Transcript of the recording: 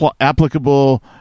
applicable